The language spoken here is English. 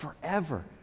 forever